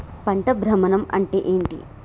పంట భ్రమణం అంటే ఏంటి?